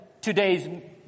today's